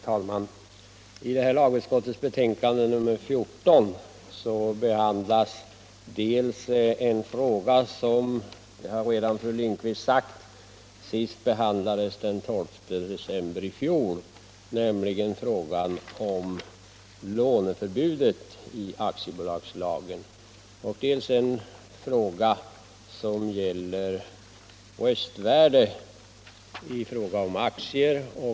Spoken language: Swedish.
Herr talman! I lagutskottets betänkande nr 14 behandlas dels en fråga som — det har fru Lindquist redan påpekat — senast behandlades den 12 december i fjol, nämligen regeln om låneförbud i aktiebolagslagen, dels en fråga som gäller röstvärdet för aktier.